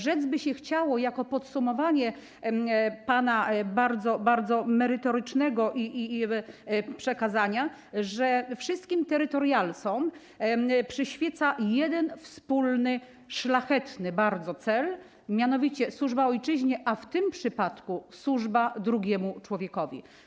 Rzec by się chciało - jako podsumowanie pana bardzo, bardzo merytorycznego wystąpienia - że wszystkim terytorialsom przyświeca jeden wspólny bardzo szlachetny cel, mianowicie służba ojczyźnie, a w tym przypadku służba drugiemu człowiekowi.